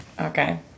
Okay